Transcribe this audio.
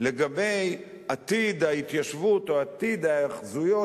לגבי עתיד ההתיישבות או עתיד ההיאחזויות,